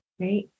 Right